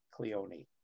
Cleone